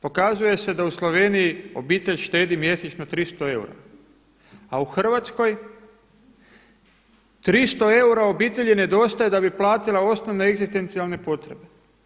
Pokazuje se da u Sloveniji obitelj štedi mjesečno 300 eura, a u Hrvatskoj 300 eura obitelji nedostaje da bi platila osnovne egzistencijalne potrebe.